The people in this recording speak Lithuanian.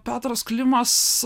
petras klimas